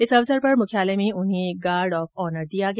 इस अवसर पर मुख्यालय में उन्हें गार्ड ऑफ ऑनर दिया गया